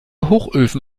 hochöfen